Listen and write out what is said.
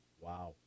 Wow